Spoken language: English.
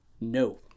No